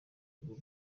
rw’u